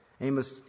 Amos